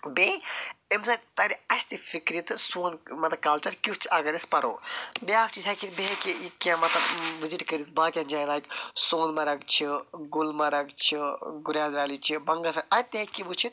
بیٚیہِ اَمہِ سۭتۍ تَرِ اسہِ تہِ فِکرِ تہٕ سوٚن مطلب کَلچر مطلب کیٛتھ چھُ اَگر أسۍ پَرو بیٛاکھ چیٖز ہیٚکہِ بیٚیہِ ہیٚکہِ یہِ کیٚنٛہہ مطلب وِزِٹ کٔرِتھ باقٕیَن جایَن اگر سونمَرگ چھِ گُلمَرگ چھِ گُریز ویلی چھِ بَنٛگَس ویلی اَتہِ تہِ ہیٚکہِ یہِ وُچھِتھ